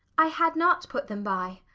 i had not put them by.